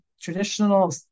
traditional